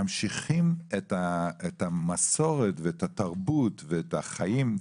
ממשיכים את המסורת ואת התרבות ואת החיים.